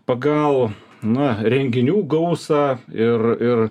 pagal na renginių gausą ir ir